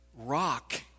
rock